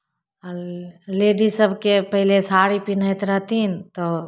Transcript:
ladies सभके पहले साड़ी पहिनैत रहथिन तऽ